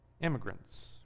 immigrants